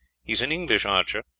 he is an english archer,